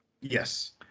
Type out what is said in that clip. Yes